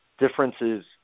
Differences